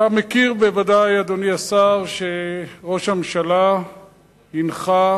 אתה יודע בוודאי, אדוני השר, שראש הממשלה הנחה